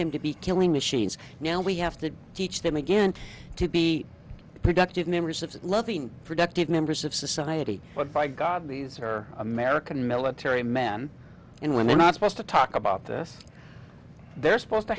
them to be killing machines now we have to teach them again to be productive members of loving productive members of society but by god these are american military men and women not supposed to talk about this they're supposed to